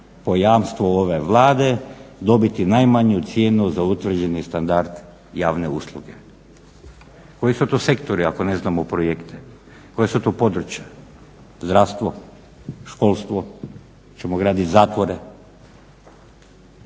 po jamstvu ove Vlade dobiti najmanju cijenu za utvrđeni standard javne usluge. Koji su to sektori ako ne znamo projekte, koja su to područja? Zdravstvo, školstvo, hoćemo gradit zatvore.